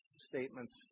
statements